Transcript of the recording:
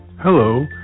Hello